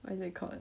what is it called